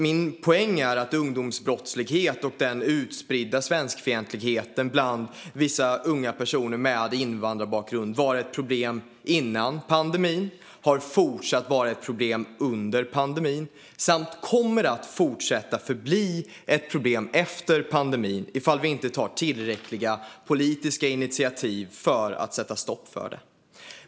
Min poäng är att ungdomsbrottsligheten och den utspridda svenskfientligheten bland vissa unga personer med invandrarbakgrund var ett problem före pandemin, har fortsatt att vara ett problem under pandemin och kommer att förbli ett problem efter pandemin om vi inte tar tillräckliga politiska initiativ för att sätta stopp.